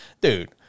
Dude